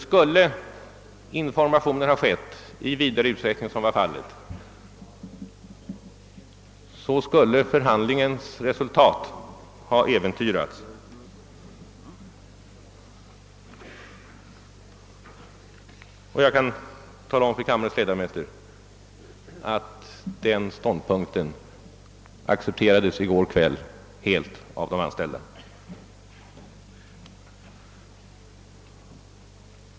Skulle informationer ha getts 1 vidare utsträckning än som var fallet, skulle förhandlingens resultat ha äventyrats. Jag kan tala om för kammarens ledamöter att denna ståndpunkt i går kväll helt accepterades av de anställda.